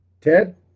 Ted